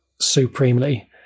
supremely